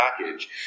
package